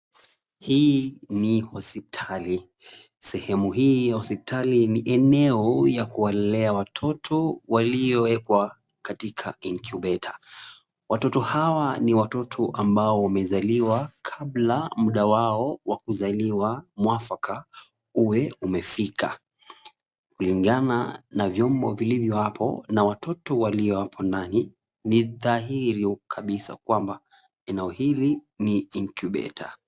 Hii ni hospitali. Sehemu hii ya hospitali ni eneo ya kuwalea watoto waliowekwa katika incubator . Watoto hawa ni watoto ambao wamezaliwa kabla muda wao wa kuzaliwa mwafaka uwe umefika. Kulingana na vyombo vilivyo hapo na watoto walio hapo ndani, ni dhahiri kabisa kwamba eneo hili ni incubator.